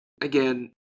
again